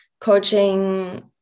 coaching